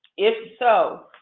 if so,